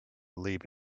leave